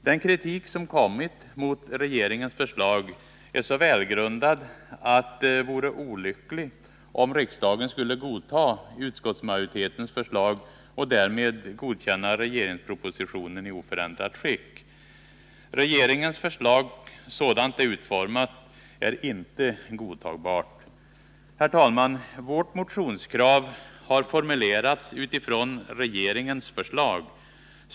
Den kritik som riktats mot regeringens förslag är så välgrundad att det vore Nr 129 olyckligt om riksdagen godtog utskottsmajoritetens förslag och därmed godkände regeringspropositionen i oförändrat skick. Regeringens förslag sådant det är utformat är inte godtagbart. Herr talman! Vårt motionskrav har formulerats mot bakgrunden av regeringens förslag.